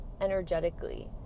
energetically